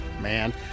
man